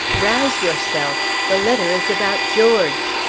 rouse yourself! the letter is about george!